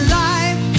life